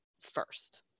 first